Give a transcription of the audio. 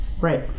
Right